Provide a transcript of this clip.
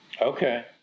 Okay